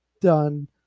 done